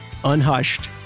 Unhushed